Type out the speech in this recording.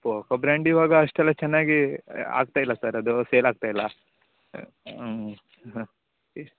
Oppo brand ಇವಾಗ ಅಷ್ಟಲ್ಲ ಚೆನ್ನಾಗಿ ಆಗ್ತಾಯಿಲ್ಲ ಸರ್ ಅದು ಸೇಲ್ ಆಗ್ತಾಯಿಲ್ಲ ಹಾಂ ಈ